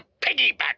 piggyback